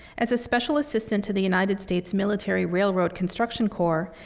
as a special assistant to the united states military railroad construction corps,